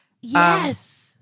Yes